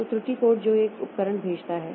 तो त्रुटि कोड जो यह उपकरण भेजता है